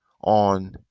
on